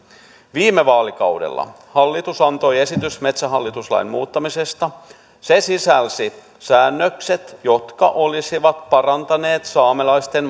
viime vaalikaudella hallitus antoi esityksen metsähallitus lain muuttamisesta se sisälsi säännökset jotka olisivat parantaneet saamelaisten